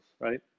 right